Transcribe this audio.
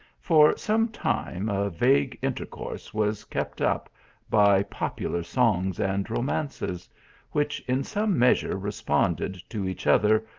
for some time a vague intercourse was kept up by popular songs and romances which in some measure responded to each other,